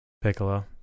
Piccolo